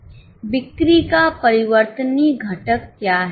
तो बिक्री का परिवर्तनीय घटक क्या है